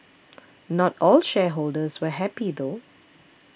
not all shareholders were happy though